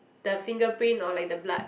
the fingerprint or like the blood